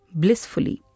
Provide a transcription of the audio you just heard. blissfully